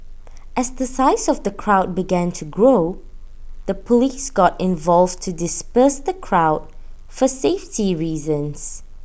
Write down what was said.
as the size of the crowd began to grow the Police got involved to disperse the crowd for safety reasons